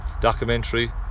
Documentary